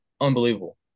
unbelievable